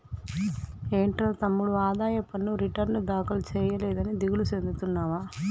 ఏంట్రా తమ్ముడు ఆదాయ పన్ను రిటర్న్ దాఖలు సేయలేదని దిగులు సెందుతున్నావా